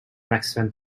maximum